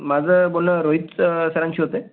माझं बोलणं रोहित सरांशी होतं आहे